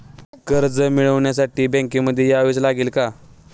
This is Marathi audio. कर्ज मिळवण्यासाठी बँकेमध्ये यावेच लागेल का?